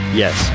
yes